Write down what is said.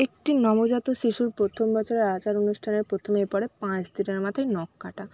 একটি নবজাত শিশুর প্রথম বছরের আচার অনুষ্ঠানের প্রথমেই পড়ে পাঁচ দিনের মাথায় নখ কাটা